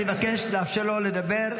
אני מבקש לאפשר לו לדבר,